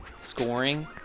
scoring